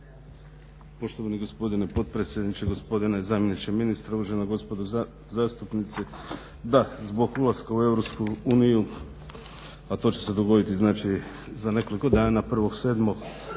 Poštovani gospodine potpredsjedniče, poštovani gospodine zamjeniče ministra, uvažena gospodo zastupnici. Da, zbog ulaska u EU a to će se dogoditi za nekoliko dana 1.7.2013.